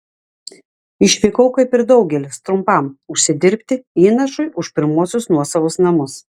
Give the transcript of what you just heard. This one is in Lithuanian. išvykau kaip ir daugelis trumpam užsidirbti įnašui už pirmuosius nuosavus namus